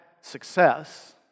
success